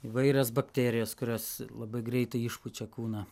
įvairios baktėrijos kurios labai greitai išpučia kūną